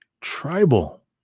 tribal